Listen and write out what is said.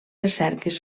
recerques